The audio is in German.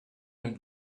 nimmt